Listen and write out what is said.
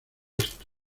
esto